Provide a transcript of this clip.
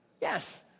Yes